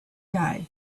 guy